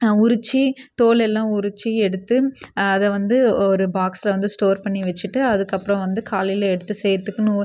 உரித்து தோலெல்லாம் உரித்து எடுத்து அதை வந்து ஒரு பாக்ஸில் வந்து ஸ்டோர் பண்ணி வச்சுட்டு அதுக்கப்புறம் வந்து காலையில் எடுத்து சேத்துக்கணும்